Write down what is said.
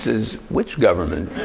says, which government?